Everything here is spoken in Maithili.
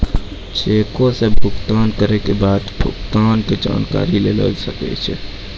चेको से भुगतान करै के बाद भुगतान के जानकारी लेलो जाय सकै छै